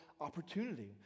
opportunity